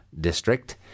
District